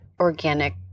organic